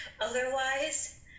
otherwise